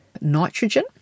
nitrogen